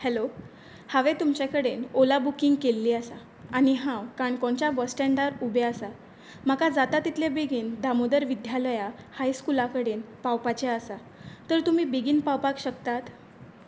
hello हांवे तुमचे कडेन ओला बुकींग केल्ली आसा आनी हांव काणकोणच्या बस स्टॅण्डार उबें आसा म्हाका जाता तितले बेगीन दामोदर विद्यालया हाय स्कुला कडेन पावपाचें आसा तर तुमी बेगीन पावपाक शकतात